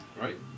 right